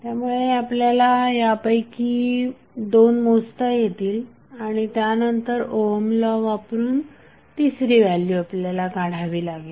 त्यामुळे आपल्याला त्यापैकी 2 मोजता येतील आणि त्यानंतर ओहम लॉ वापरून तिसरी व्हॅल्यू आपल्याला काढावी लागेल